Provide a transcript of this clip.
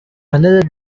another